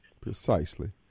Precisely